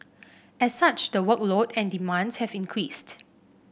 as such the workload and demands have increased